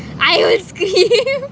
I always scream